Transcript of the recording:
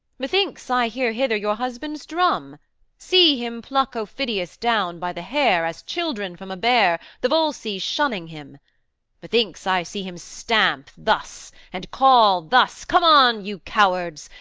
methinks i hear hither your husband's drum see him pluck aufidius down by the hair as children from a bear, the volsces shunning him methinks i see him stamp thus, and call thus come on, you cowards!